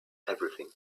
everything